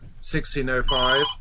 1605